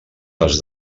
les